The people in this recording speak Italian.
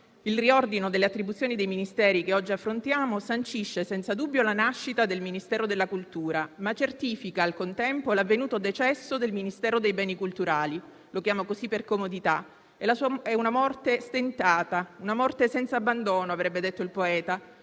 il riordino delle attribuzioni dei Ministeri che oggi affrontiamo sancisce senza dubbio la nascita del Ministero della cultura, ma certifica al contempo l'avvenuto decesso del Ministero dei beni culturali (lo chiamo così per comodità) e la sua è una morte stentata, una morte senza abbandono avrebbe detto il poeta,